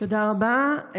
תודה רבה.